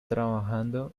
trabajando